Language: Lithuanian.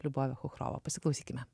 liubove chuchrova pasiklausykime